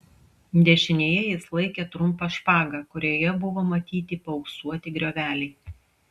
dešinėje jis laikė trumpą špagą kurioje buvo matyti paauksuoti grioveliai